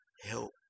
help